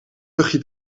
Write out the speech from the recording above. luchtje